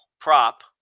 prop